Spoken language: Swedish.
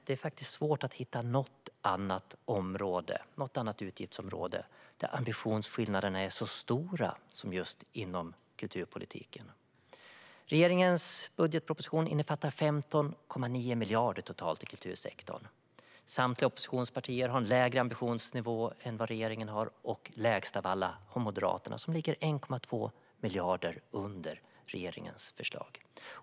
Det är faktiskt svårt att hitta något annat utgiftsområde där ambitionsskillnaderna är så stora som just inom kulturpolitiken. Regeringens budgetproposition innefattar 15,9 miljarder totalt i kultursektorn. Samtliga oppositionspartier har en lägre ambitionsnivå än vad regeringen har. Lägst av alla har Moderaterna, som ligger 1,2 miljarder under regeringens förslag.